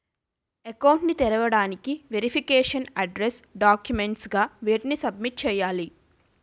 Account ను తెరవటానికి verification address documents గా వేటిని సబ్మిట్ చేయాలి?